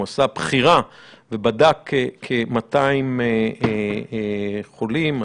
או עשה בחירה ובדק כ-200 חולים,